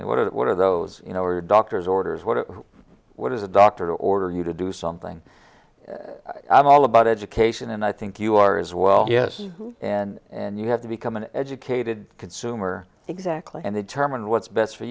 it what are those you know are doctors orders what what is a doctor order you to do something i'm all about education and i think you are as well yes and you have to become an educated consumer exactly and they determine what's best for